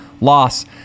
loss